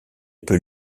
peut